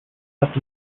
left